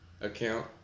account